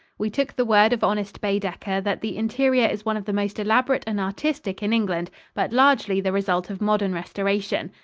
we took the word of honest baedeker that the interior is one of the most elaborate and artistic in england but largely the result of modern restoration.